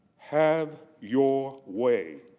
have your way,